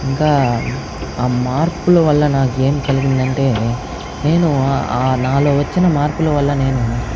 ఇంకా ఆ మార్పుల వల్ల నాకేం కలిగిందంటే నేను నాలో వచ్చిన మార్పుల వల్ల నేను